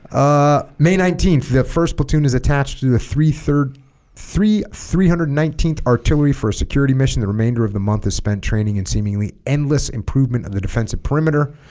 ah may nineteenth the first platoon is attached to the three third three three hundred and nineteenth artillery for a security mission the remainder of the month is spent training and seemingly endless improvement of the defensive perimeter